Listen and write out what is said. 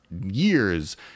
years